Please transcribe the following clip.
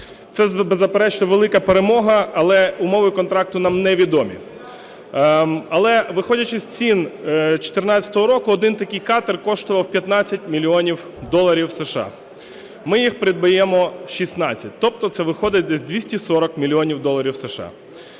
Це беззаперечно велика перемога, але умови контракту нам невідомі. Але виходячи з цін 2014 року один такий катер коштував 15 мільйонів доларів США, ми їх придбаємо 16, тобто це виходить десь 240 мільйонів доларів США.